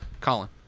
Colin